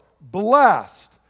blessed